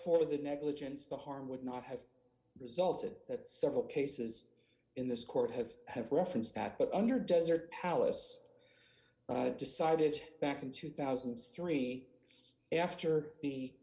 for the negligence the harm would not have resulted that several cases in this court have have referenced that but under desert alice decided back in two thousand and three after the